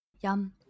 Yum